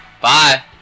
Bye